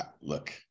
look